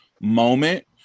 moment